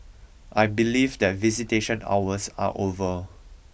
I believe that visitation hours are over